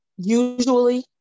usually